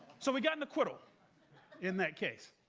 so we got an acquittal in that case.